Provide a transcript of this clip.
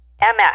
MS